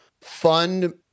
fund